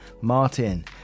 martin